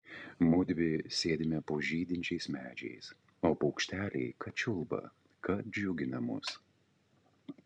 mudvi sėdime po žydinčiais medžiais o paukšteliai kad čiulba kad džiugina mus